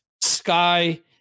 Sky